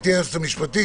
גברתי היועצת המשפטית